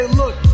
look